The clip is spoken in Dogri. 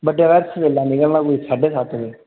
बड्डलै सवेल्ला निकलना कोई साड्डे सत्त बजे